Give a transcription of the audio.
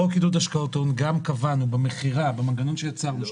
בחוק עידוד השקעות הון קבענו במנגנון שיצרנו,